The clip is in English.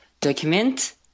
document